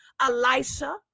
Elisha